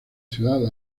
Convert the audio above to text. ciudad